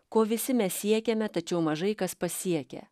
ko visi mes siekiame tačiau mažai kas pasiekia